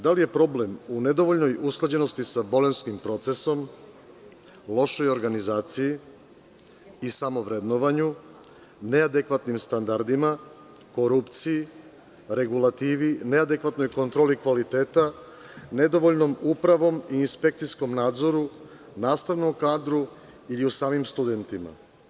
Da li je problem u nedovoljnoj usklađenosti sa Bolonjskim procesom, lošoj organizaciji i samovrednovanju, neadekvatnim standardima, korupciji, regulativi, neadekvatnoj kontroli kvaliteta, nedovoljnom upravom i inspekcijskom nadzoru, nastavnom kadru ili u samim studentima?